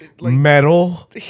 metal